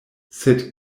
sed